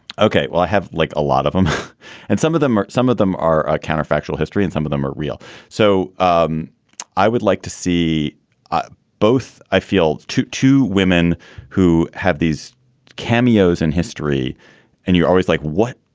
okay. well, i have like a lot of them and some of them are some of them are counterfactual history and some of them are real so um i would like to see ah both, i feel, to two women who have these cameos in history and you're always like, what?